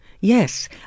Yes